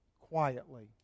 quietly